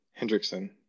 Hendrickson